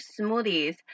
smoothies